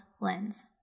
lens